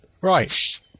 Right